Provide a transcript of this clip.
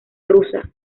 rusa